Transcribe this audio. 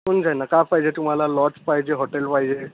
होऊन जाईन न काय पाहिजे तुम्हाला लॉज पाहिजे हॉटेल पाहिजे